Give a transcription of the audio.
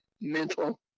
mental